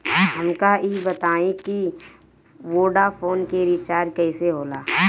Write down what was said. हमका ई बताई कि वोडाफोन के रिचार्ज कईसे होला?